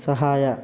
ಸಹಾಯ